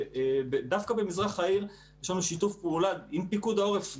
דווקא במזרח העיר יש לנו שיתוף פעולה עם פיקוד העורף,